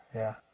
yeah